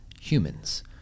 humans